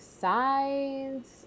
sides